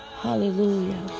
Hallelujah